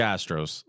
Astros